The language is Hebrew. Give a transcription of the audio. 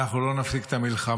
ואנחנו לא נפסיק את המלחמה.